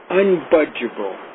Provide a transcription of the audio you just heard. unbudgeable